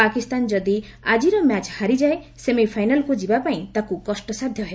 ପାକିସ୍ତାନ ଯଦି ଆଜିର ମ୍ୟାଚ୍ ହାରିଯାଏ ସେମିଫାଇନାଲ୍କୁ ଯିବାପାଇଁ ତାକୁ କଷ୍ଟସାଧ୍ୟ ହେବ